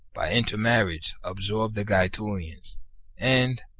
by inter marriage, absorbed the gaetulians, and,